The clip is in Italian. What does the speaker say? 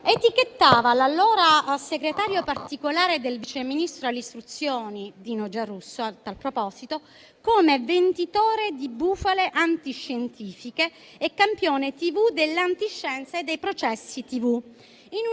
etichettava l'allora segretario particolare del vice ministro all'istruzione, Dino Giarrusso, come venditore di bufale antiscientifiche e campione TV dell'antiscienza e dei processi TV,